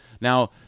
Now